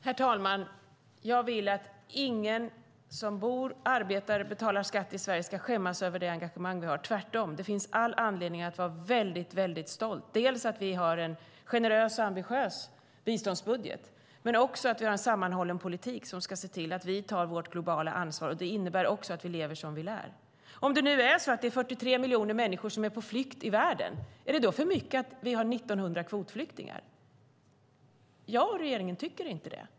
Herr talman! Jag vill inte att någon som bor, arbetar och betalar skatt i Sverige ska skämmas över det engagemang vi har. Tvärtom finns det all anledning att vara mycket stolt dels för att vi har en generös och ambitiös biståndsbudget, dels för att vi har en sammanhållen politik som ska se till att vi tar vårt globala ansvar. Det innebär att vi lever som vi lär. Om 43 miljoner människor är på flykt i världen, är det då för mycket att vi har 1 900 kvotflyktingar? Jag och regeringen tycker inte det.